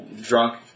drunk